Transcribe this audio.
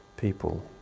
people